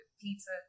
pizza